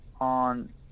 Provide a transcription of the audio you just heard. on